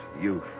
youth